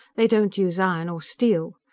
they don't use iron or steel.